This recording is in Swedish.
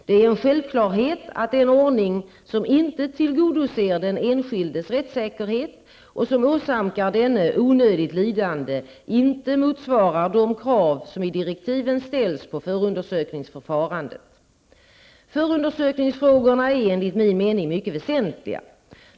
Det är en självklarhet att en ordning som inte tillgodoser den enskildes rättssäkerhet och som åsamkar denne onödigt lidande inte motsvarar de krav som i direktiven ställs på förundersökningsförfarandet. Förundersökningsfrågorna är enligt min mening mycket väsentliga.